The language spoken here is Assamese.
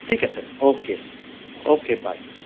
ঠিক আছে অ'কে অ'কে বাই